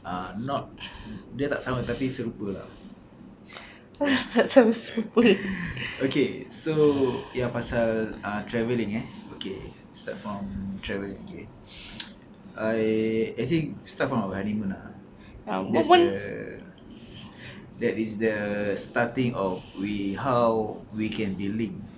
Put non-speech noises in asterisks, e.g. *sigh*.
uh not dia tak sama tapi serupa lah *laughs* okay so pasal uh travelling eh okay start from travelling okay *noise* I as in start from our honeymoon lah the that is the starting of we how we can be linked